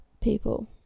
people